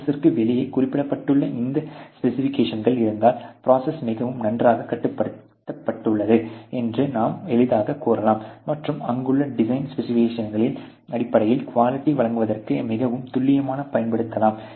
ப்ரோசஸிற்கு வெளியே குறிப்பிடப்பட்டுள்ள இந்த ஸ்பெசிபிகேஷன்கள் இருந்தால் ப்ரோசஸ் மிகவும் நன்றாகக் கட்டுப்படுத்தப்பட்டுள்ளது என்று நாம் எளிதாகக் கூறலாம் மற்றும் அங்குள்ள டிசைன் ஸ்பெசிபிகேஷன்களின் அடிப்படையில் குவாலிட்டி வழங்குவதற்கு மிகவும் துல்லியமாக பயன்படுத்தலாம்